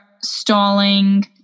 stalling